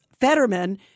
Fetterman